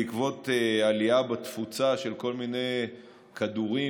בעקבות עלייה בתפוצה של כל מיני כדורים